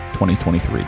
2023